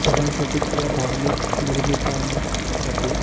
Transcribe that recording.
सणांसाठी किंवा धार्मिक निर्मितांसाठी